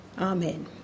Amen